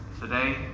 today